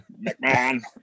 McMahon